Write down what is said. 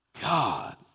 God